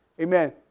Amen